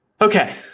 Okay